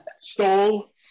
stole